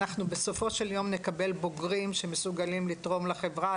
אנחנו בסופו של יום נקבל בוגרים שמסוגלים לתרום לחברה,